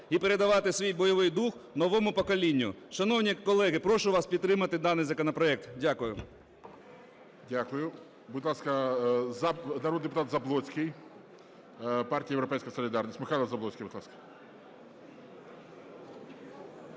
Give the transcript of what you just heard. і передавати свій бойовий дух новому поколінню. Шановні колеги, прошу вас підтримати даний законопроект. Дякую. ГОЛОВУЮЧИЙ. Дякую. Будь ласка, народний депутат Забродський, партія "Європейська солідарність". Михайло Забродський, будь ласка.